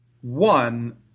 one